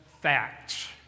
facts